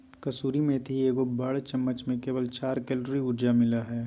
कसूरी मेथी के एगो बड़ चम्मच में केवल चार कैलोरी ऊर्जा मिलो हइ